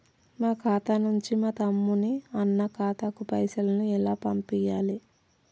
మా ఖాతా నుంచి మా తమ్ముని, అన్న ఖాతాకు పైసలను ఎలా పంపియ్యాలి?